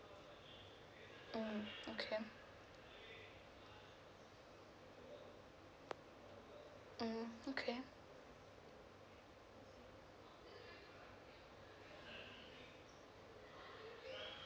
mm okay mm okay